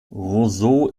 roseau